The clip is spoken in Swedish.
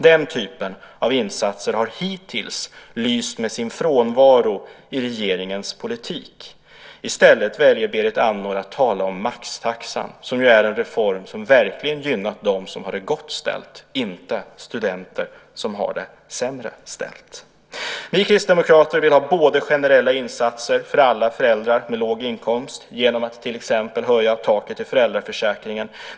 Den typen av insatser har hittills lyst med sin frånvaro i regeringens politik. I stället väljer Berit Andnor att tala om maxtaxan. Det är en reform som verkligen gynnat dem som har det gott ställt och inte studenter som har det sämre ställt. Vi kristdemokrater vill ha både generella insatser för alla föräldrar med låg inkomst genom att till exempel höja taket i föräldraförsäkringen.